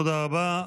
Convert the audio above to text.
תודה רבה.